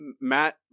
matt